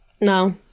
No